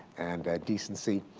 and decency.